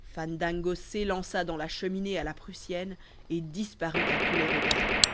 fandango s'élança dans la cheminée à la prussienne et disparut à tous les regards